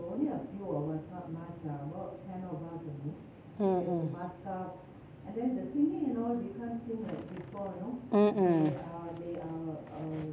mm mm mm mm